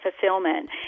fulfillment